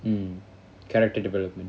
mm character development